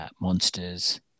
Monsters